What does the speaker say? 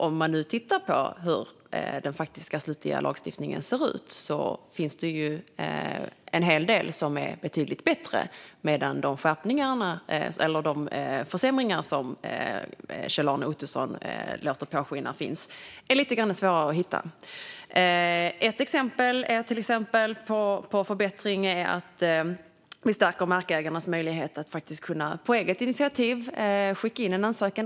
Om man tittar på hur den faktiska slutliga lagstiftningen ser ut ser man att det finns en hel del som är betydligt bättre, men de försämringar som Kjell-Arne Ottosson låter påskina finns är lite svårare att hitta. Ett exempel på förbättring är att vi stärker markägarnas möjligheter att faktiskt på eget initiativ skicka in en ansökan.